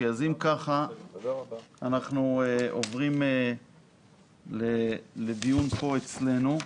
אם כך, אנחנו עוברים לדיון כאן אצלנו.